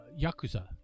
Yakuza